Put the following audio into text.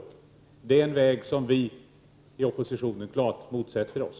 Det är en väg som vi i oppositionen klart motsätter oss.